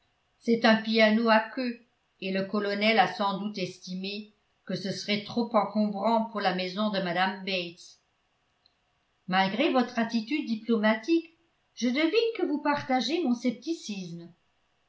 c'est un piano à queue et le colonel a sans doute estimé que ce serait trop encombrant pour la maison de mme bates malgré votre attitude diplomatique je devine que vous partagez mon scepticisme